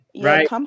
Right